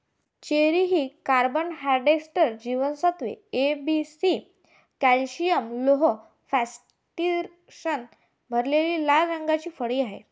cherry ही carbohydrates, जीवनसत्त्वे A, B, C, calcium, लोह, फॉस्फरसने भरलेली लाल रंगाची फळे आहेत